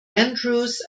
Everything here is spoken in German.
andrews